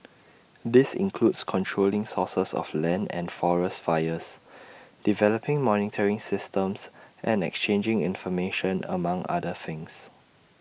this includes controlling sources of land and forest fires developing monitoring systems and exchanging information among other things